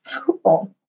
Cool